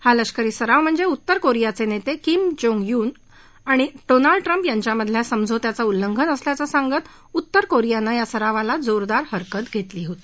हा लष्करी सराव म्हणजे उत्तर कोरियाचे नेते किम जोंग युंग आणि डोनाल्ड ट्रंप यांच्यामधल्या समझोत्याचं उल्लंघन असल्याचं सांगत उत्तर कोरियानं या सरावाला जोरदार हरकत घेतली होती